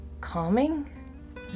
calming